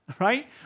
Right